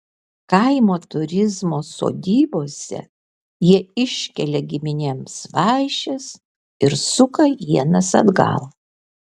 kaimo turizmo sodybose jie iškelia giminėms vaišes ir suka ienas atgal